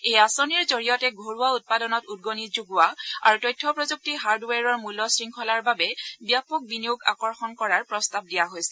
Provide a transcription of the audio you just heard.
এই আঁচনিৰ জৰিয়তে ঘৰুৱা উৎপাদনত উদগনি যোগোৱা আৰু তথ্য প্ৰযুক্তি হাৰ্ডৱেৰৰ মূল্য শৃংখলাৰ বাবে ব্যাপক বিনিয়োগ আকৰ্ষণ কৰাৰ প্ৰস্তাব দিয়া হৈছে